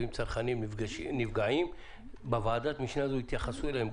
ואם צרכנים נפגעים בוועדת המשנה הזאת יתייחסו אליהם,